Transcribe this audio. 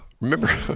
Remember